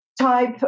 type